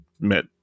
met